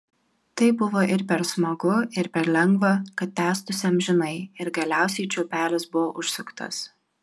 tai buvo ir per smagu ir per lengva kad tęstųsi amžinai ir galiausiai čiaupelis buvo užsuktas